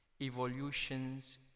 Evolutions